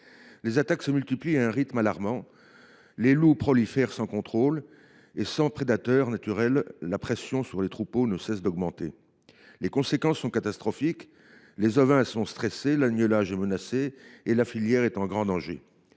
Les attaques se multiplient à un rythme alarmant. Les loups prolifèrent sans contrôle. Sans prédateur naturel, la pression sur les troupeaux ne cesse d’augmenter. Les conséquences sont catastrophiques : les ovins sont stressés, l’agnelage est menacé et la filière est en grand danger.